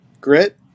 grit